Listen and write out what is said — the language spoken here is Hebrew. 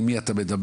עם מי אתה מדבר,